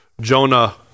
Jonah